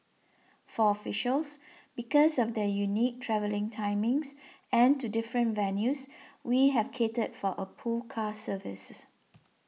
for officials because of their unique travelling timings and to different venues we have catered for a pool car service